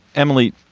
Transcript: emily,